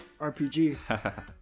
RPG